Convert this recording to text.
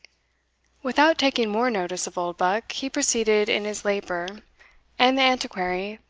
without taking more notice of oldbuck, he proceeded in his labour and the antiquary,